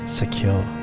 secure